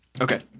Okay